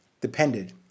depended